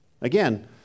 Again